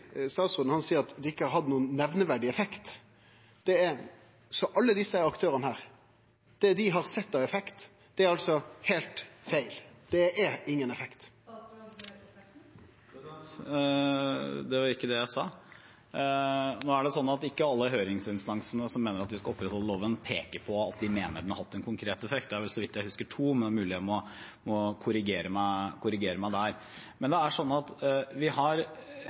Statsråden seier at det ikkje har hatt noko nemneverdig effekt. Det alle desse aktørane har sett av effekt, er altså heilt feil – det er ingen effekt? Det var ikke det jeg sa. Ikke alle høringsinstansene som mener vi bør opprettholde loven, peker på at de mener den har hatt en konkret effekt. Så vidt jeg husker, er det to, men det er mulig jeg må korrigere meg der. Men hvis et lovverk ikke har noen nevneverdig effekt, som er et greit ord å bruke, og hvis det er sånn at